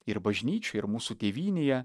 ir bažnyčioj ir mūsų tėvynėje